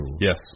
Yes